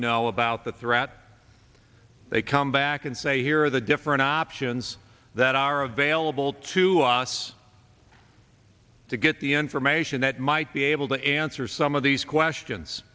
know about the threat they come back and say here are the different options that are available to us to get the information that might be able to answer some of these questions